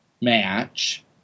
match